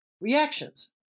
reactions